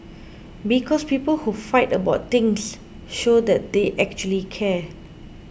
because people who fight about things show that they actually care